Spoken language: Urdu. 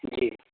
جی